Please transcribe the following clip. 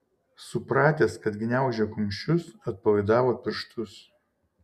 supratęs kad gniaužia kumščius atpalaidavo pirštus